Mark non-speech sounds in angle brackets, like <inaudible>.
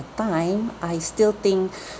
time I still think <breath>